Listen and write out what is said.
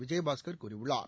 விஜயபாஸ்கள் கூறியுள்ளார்